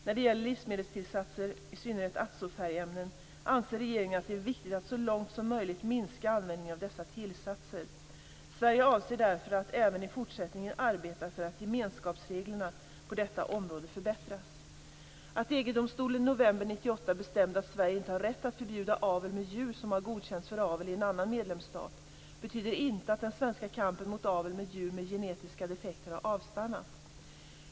När det gäller livsmedelstillsatser, i synnerhet azofärgämnen, anser regeringen att det är viktigt att så långt som möjligt minska användningen av dessa tillsatser. Sverige avser därför att även i fortsättningen arbeta för att gemenskapsreglerna på detta område förbättras. Att EG-domstolen i november 1998 bestämde att Sverige inte har rätt att förbjuda avel med djur som har godkänts för avel i en annan medlemsstat betyder inte att den svenska kampen mot avel med djur med genetiska defekter har avstannat.